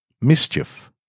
Mischief